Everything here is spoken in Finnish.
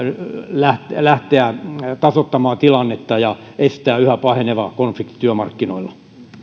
lähteä lähteä tasoittamaan tilannetta ja estää yhä paheneva konflikti työmarkkinoilla